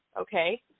okay